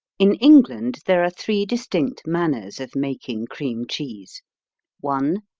in england there are three distinct manners of making cream cheese one.